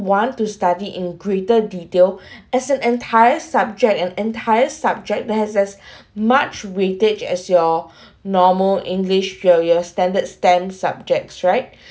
want to study in greater detail as an entire subject an entire subject that has has much weightage as your normal english failure your your standards stem subjects right